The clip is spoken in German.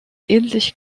ähnlich